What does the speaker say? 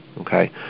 okay